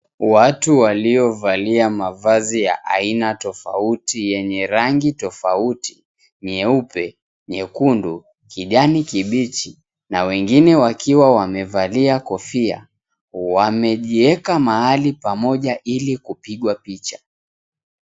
Watu waliovalia mavazi ya aina tofauti yenye rangi tofauti ; nyeupe, nyekundu, kijani kibichi na wengine wakiwa wamevalia kofia ,wamejieka mahala pamoja ili kupigwa 𝑝icha.